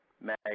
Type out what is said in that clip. Mag